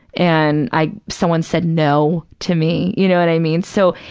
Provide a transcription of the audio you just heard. and i, someone said no to me, you know what i mean. so,